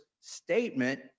statement